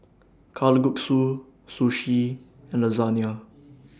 Kalguksu Sushi and Lasagna